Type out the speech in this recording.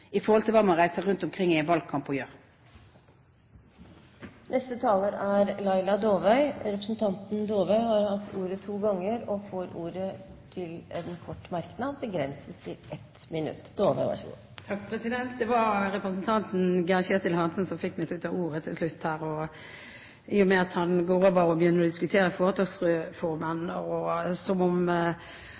man reiser rundt i en valgkamp og sier. Representanten Laila Dåvøy har hatt ordet to ganger tidligere og får ordet til en kort merknad, begrenset til 1 minutt. Det var representanten Geir-Ketil Hansen som fikk meg til å ta ordet til slutt her, i og med at han går over til å begynne å diskutere foretaksreformen, som om